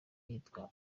yitwa